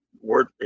worth